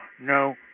no